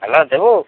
hello Debu